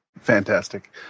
Fantastic